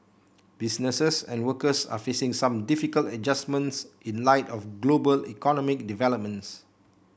businesses and workers are facing some difficult adjustments in light of global economic developments